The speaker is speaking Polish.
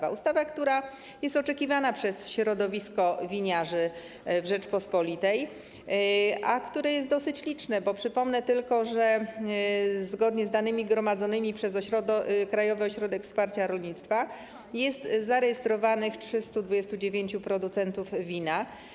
Ta ustawa jest oczekiwana przez środowisko winiarzy w Rzeczypospolitej, które jest dosyć liczne, bo przypomnę tylko, że zgodnie z danymi gromadzonymi przez Krajowy Ośrodek Wsparcia Rolnictwa zarejestrowanych jest 329 producentów wina.